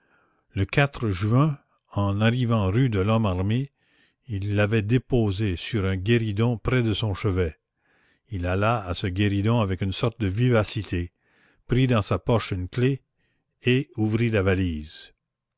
le juin en arrivant rue de lhomme armé il l'avait déposée sur un guéridon près de son chevet il alla à ce guéridon avec une sorte de vivacité prit dans sa poche une clef et ouvrit la valise